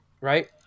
Right